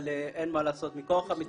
איך קוראים לך?